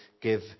give